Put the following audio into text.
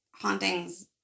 Hauntings